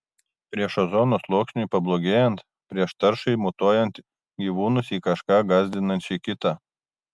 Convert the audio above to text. prieš ozono sluoksniui pablogėjant prieš taršai mutuojant gyvūnus į kažką gąsdinančiai kitą